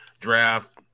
draft